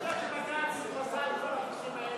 אתה יודע שבג"ץ פסל את כל החוקים האלה?